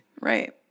Right